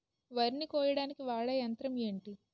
వరి ని కోయడానికి వాడే యంత్రం ఏంటి?